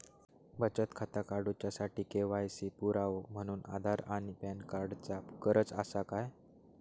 बचत खाता काडुच्या साठी के.वाय.सी पुरावो म्हणून आधार आणि पॅन कार्ड चा गरज आसा काय?